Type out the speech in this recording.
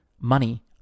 Money